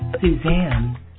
Suzanne